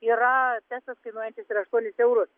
yra testas kainuojantis ir aštuonis eurus